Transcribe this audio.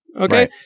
Okay